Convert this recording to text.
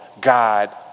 God